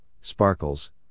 sparkles